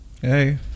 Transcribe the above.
Hey